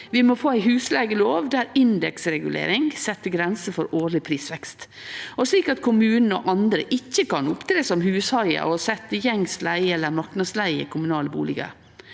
Vi må få ei husleigelov der indeksregulering set grenser for årleg prisvekst, og slik at kommunen og andre ikkje kan opptre som hushaiar og setje gjengs leige eller marknadsleie i kommunale bustader.